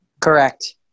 Correct